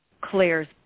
Claire's